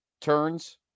turns